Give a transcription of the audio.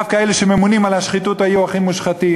דווקא אלה שממונים על השחיתות היו הכי מושחתים.